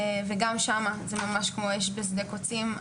וגם שם זה ממש כמו אש בשדה קוצים.